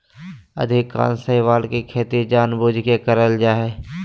अधिकांश शैवाल के खेती जानबूझ के कइल जा हइ